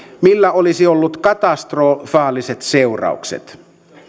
millä olisi ollut katastrofaaliset seuraukset